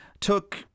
took